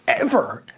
ever.